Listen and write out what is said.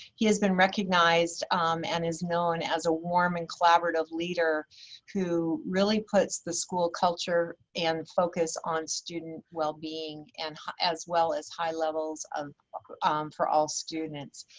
he has been recognized and is known as a warm and collaborative leader who really puts the school culture and focus on student wellbeing and as well as high levels um for all students.